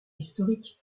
historique